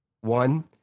one